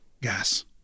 gas